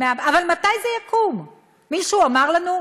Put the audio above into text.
אבל מתי זה יקום, מישהו אמר לנו?